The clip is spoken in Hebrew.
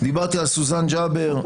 דיברתי על סוזן ג'אבר,